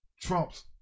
trumps